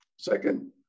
Second